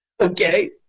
Okay